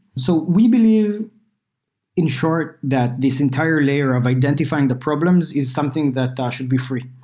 so we believe in short that this entire layer of identifying the problems is something that ah should be free,